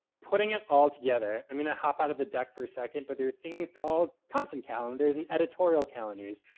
putting it all together. i'm gonna hop out of the deck for a second, but there are things called content calendars and editorial calendars.